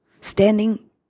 Standing